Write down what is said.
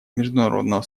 международного